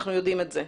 אנחנו יודעים את זה.